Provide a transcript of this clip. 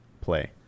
play